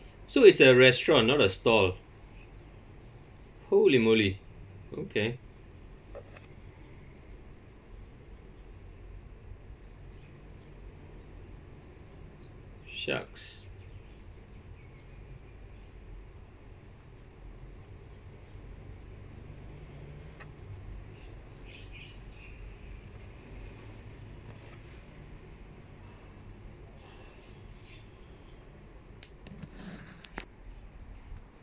so it's a restaurant not a stall holy moly okay shucks